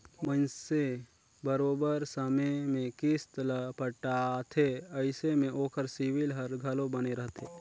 मइनसे बरोबेर समे में किस्त ल पटाथे अइसे में ओकर सिविल हर घलो बने रहथे